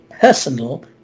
personal